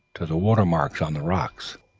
to the watermarks on the rocks.